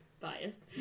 biased